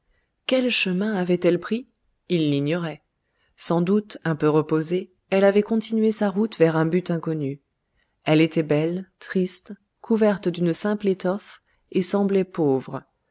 quel chemin avait-elle pris il l'ignorait sans doute un peu reposée elle avait continué sa route vers un but inconnu elle était belle triste couverte d'une simple étoffe et semblait pauvre